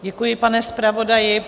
Děkuji, pane zpravodaji.